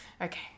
Okay